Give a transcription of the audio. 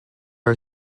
are